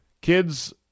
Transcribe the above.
Kids